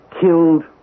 killed